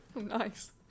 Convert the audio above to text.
nice